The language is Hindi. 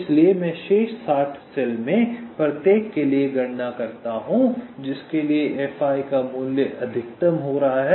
इसलिए मैं शेष 60 सेल में से प्रत्येक के लिए गणना करता हूं जिसके लिए Fi का मूल्य अधिकतम हो रहा है